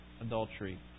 adultery